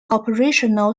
operational